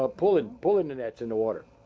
ah pulling pulling the nets in the water,